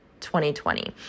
2020